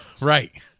Right